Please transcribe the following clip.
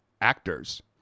actors